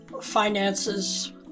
finances